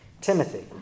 Timothy